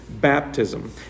baptism